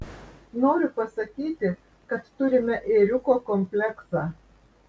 noriu pasakyti kad turime ėriuko kompleksą